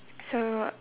so